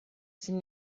sind